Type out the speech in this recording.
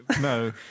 No